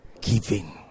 Giving